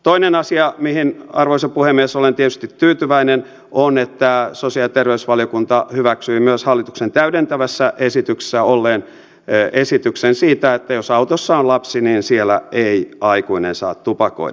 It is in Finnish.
toinen asia mihin arvoisa puhemies olen tietysti tyytyväinen on se että sosiaali ja terveysvaliokunta hyväksyi myös hallituksen täydentävässä esityksessä olleen esityksen siitä että jos autossa on lapsi niin siellä ei aikuinen saa tupakoida